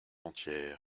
entière